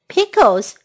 ,Pickles